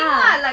ya